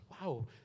wow